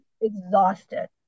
Exhausted